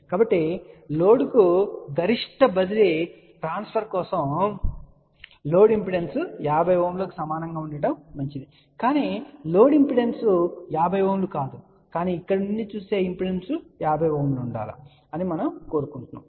కాబట్టి లోడ్ కు గరిష్ట బదిలీ కోసం లోడ్ ఇంపిడెన్స్ 50 Ωకు సమానంగా ఉండటం మంచిది కానీ లోడ్ ఇంపిడెన్స్ 50 Ω కాదు కాని ఇక్కడ నుండి చూసే ఇంపిడెన్స్ 50Ω ఉండాలి అని మనం కోరుకుంటున్నాము